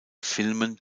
filmen